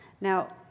Now